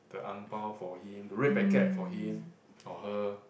the angpao for him the red packet for him or her